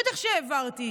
בטח שהעברתי.